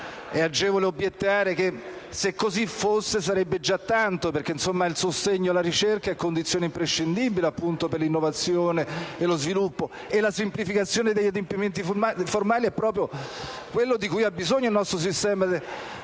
è agevole obiettare che, se così fosse, sarebbe già tanto. Il sostegno alla ricerca è infatti condizione imprescindibile per l'innovazione e lo sviluppo, mentre la semplificazione degli adempimenti formali è proprio quello di cui ha bisogno il nostro sistema delle